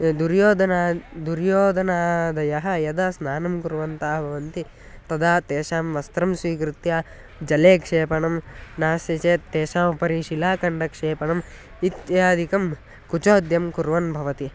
दुर्योधनः दुर्योधनादयः यदा स्नानं कुर्वन्तः भवन्ति तदा तेषां वस्त्रं स्वीकृत्य जले क्षेपणं नास्ति चेत् तेषामुपरि शिलाखण्डक्षेपणम् इत्यादिकं कुचोद्यं कुर्वन् भवति